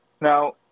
Now